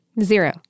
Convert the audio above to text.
Zero